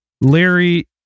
Larry